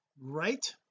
right